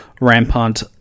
rampant